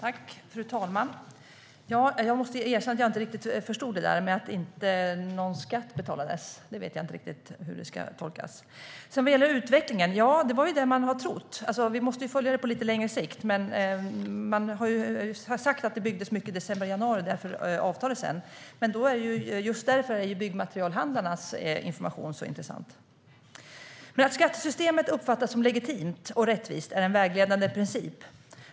Fru talman! Jag måste erkänna att jag inte riktigt förstod det där med att det inte betalades någon skatt. Hur det ska tolkas vet jag inte riktigt. Utvecklingen är ju som man har trott, men man måste följa den på lite längre sikt. Man har sagt att det byggdes mycket i december och januari och att byggandet sedan har avtagit. Just därför är Byggmaterialhandlarnas information så intressant. Att skattesystemet uppfattas som legitimt och rättvist är en vägledande princip.